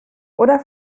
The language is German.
oder